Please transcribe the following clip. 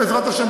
בעזרת השם,